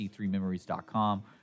C3Memories.com